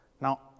Now